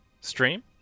stream